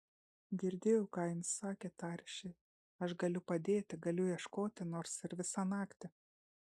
girdėjau ką jums sakė tarė ši aš galiu padėti galiu ieškoti nors ir visą naktį